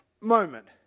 moment